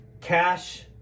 cash